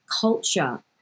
culture